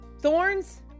Thorns